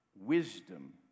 wisdom